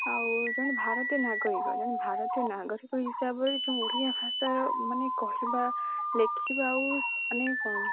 ଆଉ ଜଣେ ଭାରତୀୟ ନାଗରିକ ଜଣେ ଭାରତୀୟ ନାଗରିକ ହିସାବରେ ଯେଉଁ ଓଡ଼ିଆ ଭାଷାର ମାନେ କହିବା ଲେଖିବା ଆଉ ମାନେ କ'ଣ